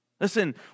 Listen